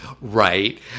Right